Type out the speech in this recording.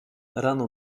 rano